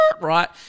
Right